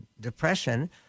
depression